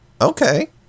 Okay